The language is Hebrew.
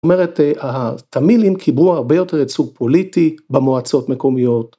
זאת אומרת, הטמילים קיבלו הרבה יותר את יצוג פוליטי במועצות מקומיות.